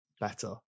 better